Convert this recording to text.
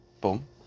Boom